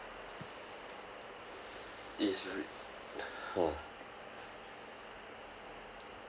it's rea~ !wah!